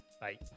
Bye